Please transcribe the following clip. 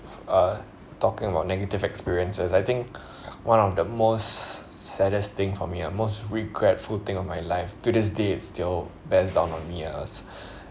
uh talking about negative experiences I think one of the most saddest thing for me ah most regretful thing on my life to this day it still bears down on me ah